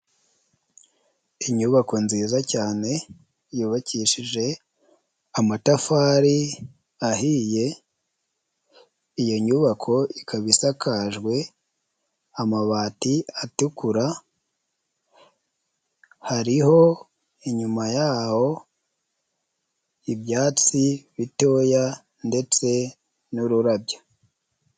Inyubako nziza cyane yubakishije amatafari ahiye iyo nyubako ikaba isakajwe amabati atukura hariho inyuma yaho ibyatsi bitoya ndetse n'ururabyo.